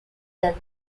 title